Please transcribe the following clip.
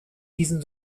diesen